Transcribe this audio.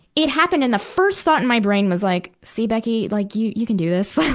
it happened and the first thought in my brain was like, see, becky. like you, you can do this.